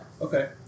Okay